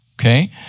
okay